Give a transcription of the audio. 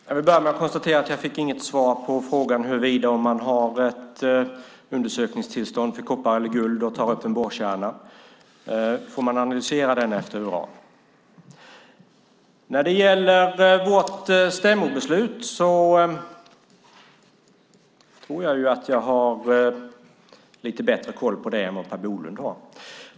Fru talman! Jag vill börja med att konstatera att jag inte fick något svar på frågan om man får analysera en borrkärna efter uran om man har undersökningstillstånd för koppar eller guld. När det gäller vårt stämmobeslut tror jag att jag har lite bättre koll än Per Bolund.